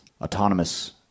autonomous